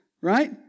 right